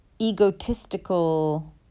egotistical